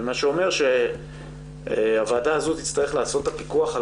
מה שאומר שהוועדה הזאת תצטרך לעשות את הפיקוח על